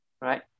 right